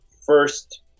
first